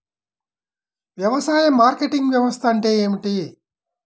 వ్యవసాయ మార్కెటింగ్ వ్యవస్థ అంటే ఏమిటి?